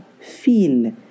feel